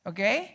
Okay